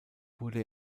wurde